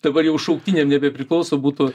dabar jau šauktiniam nebepriklauso būtų